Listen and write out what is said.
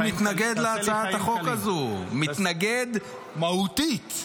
אני מתנגד להצעת חוק הזו, מתנגד מהותית להצעה.